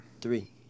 Three